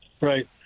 right